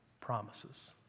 promises